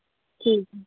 ٹھیک ہے